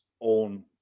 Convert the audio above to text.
own